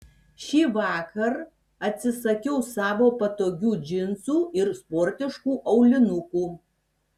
šįvakar atsisakiau savo patogių džinsų ir sportiškų aulinukų